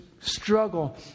struggle